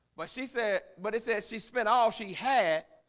but she said but it says she spent all she had